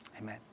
Amen